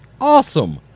awesome